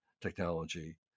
technology